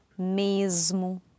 mesmo